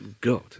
God